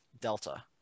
Delta